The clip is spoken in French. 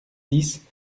dix